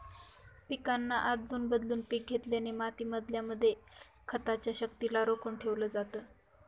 पिकांना आदलून बदलून पिक घेतल्याने माती मधल्या खताच्या शक्तिला रोखून ठेवलं जातं